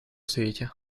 свете